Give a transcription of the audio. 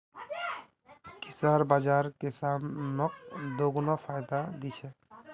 किसान बाज़ार किसानक दोगुना फायदा दी छे